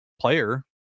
player